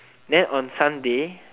then on sunday